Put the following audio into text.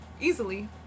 easily